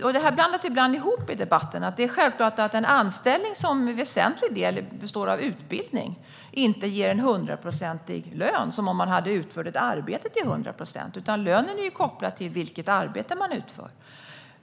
Detta blandas ibland ihop i debatten. En anställning som i väsentlig del består av utbildning ger självklart inte samma lön som om man har utfört ett arbete till 100 procent. Lönen är kopplad till vilket arbete man utför.